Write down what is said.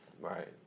Right